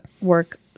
work